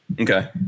Okay